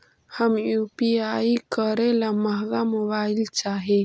हम यु.पी.आई करे ला महंगा मोबाईल चाही?